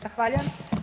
Zahvaljujem.